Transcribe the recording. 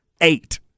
eight